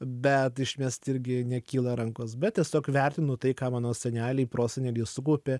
bet išmest irgi nekyla rankos bet tiesiog vertinu tai ką mano seneliai proseneliai sukaupė